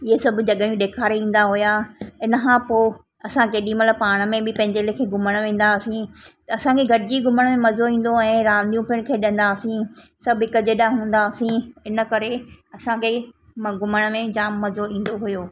इहे सभु जॻहियूं ॾेखारे ईंदा हुआ इन खां पोइ असां जेॾी महिल पाण में बि पंहिंजे लेखे घुमणु वेंदा हुआसीं असांखे गॾिजी घुमण में मज़ो ईंदो ऐं रांदियूं पिणु खेॾंदा हुआसीं सभु हिक जेॾा हूंदा हुआसीं इन करे असांखे म घुमण में जाम मज़ो ईंदो हुओ